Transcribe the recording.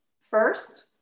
first